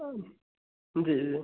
हाँ जी जी